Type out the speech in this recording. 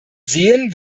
sehen